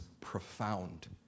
profound